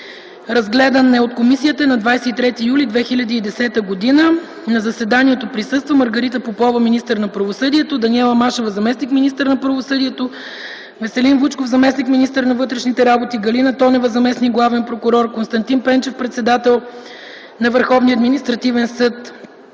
Разгледан е от комисията на 23 юли 2010 г. На заседанието присъства Маргарита Попова – министър на правосъдието, Даниела Машева – заместник-министър на правосъдието, Веселин Вучков – заместник-министър на вътрешните работи, Галина Тонева – заместник-главен прокурор, Константин Пенчев – председател на Върховния административен съд,